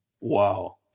Wow